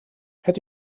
het